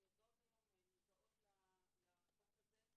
הן מודעות היום לחוק הזה.